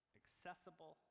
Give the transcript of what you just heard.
accessible